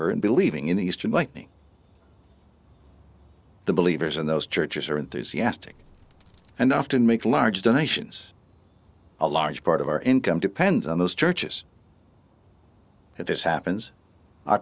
her and believing in eastern like the believers in those churches are enthusiastic and often make large donations a large part of our income depends on those churches that this happens our